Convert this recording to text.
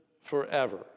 forever